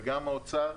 וגם האוצר,